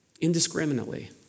indiscriminately